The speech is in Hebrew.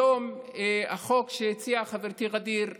היום החוק שהציעה חברתי ע'דיר,